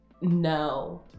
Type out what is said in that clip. no